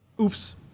Oops